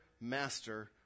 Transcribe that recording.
master